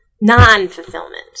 non-fulfillment